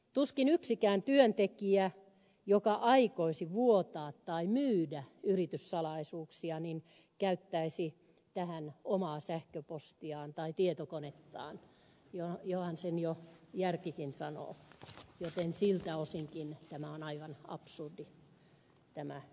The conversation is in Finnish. tuskin yksikään työntekijä joka aikoisi vuotaa tai myydä yrityssalaisuuksia käyttäisi tähän omaa sähköpostiaan tai tietokonettaan johan sen jo järkikin sanoo joten siltä osinkin tämä on aivan absurdi lakiesitys